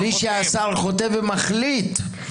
-- בלי שהשר חותם ומחליט.